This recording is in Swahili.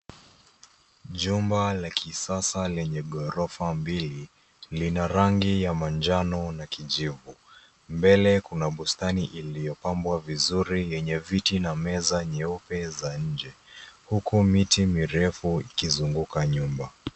Jumba la kisasa lenye ghorofa mbili lina rangi ya manjano na kijivu. Mbele kuna bustani iliyopambwa vizuri yenye viti na meza nyeupe za nje huku miti mirefu ikizunguka nyuma.